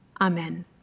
amen